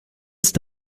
ist